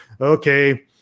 Okay